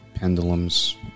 Pendulums